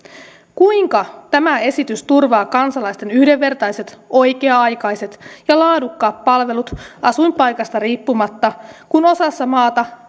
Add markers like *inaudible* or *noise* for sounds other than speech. kuinka tämä esitys turvaa kansalaisten yhdenvertaiset oikea aikaiset ja laadukkaat palvelut asuinpaikasta riippumatta kun osassa maata *unintelligible*